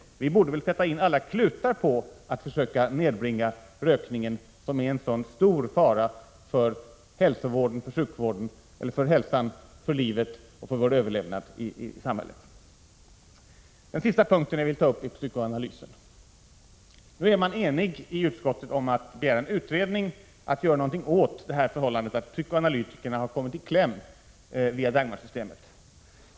Vi 63 borde väl sätta till alla klutar för att nedbringa rökningen, som är en så stor fara för hälsan i samhället. Den sista punkt jag vill ta upp är psykoanalysen. Nu är man enig i utskottet om att begära en utredning, att göra någonting åt det förhållandet att psykoanalytikerna har kommit i kläm genom Dagmarsystemet.